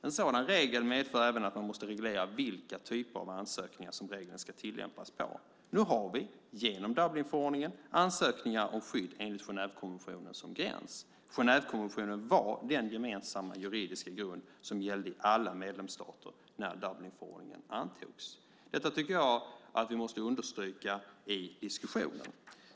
En sådan regel medför även att man måste reglera vilka typer av ansökningar regeln ska tillämpas på. Nu har vi genom Dublinförordningen ansökningar om skydd enligt Genèvekonventionen som gräns. Genèvekonventionen var den gemensamma juridiska grund som gällde i alla medlemsstater när Dublinförordningen antogs. Detta tycker jag att vi måste understryka i diskussionen.